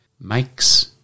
Makes